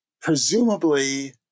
Presumably